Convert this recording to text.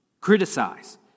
criticize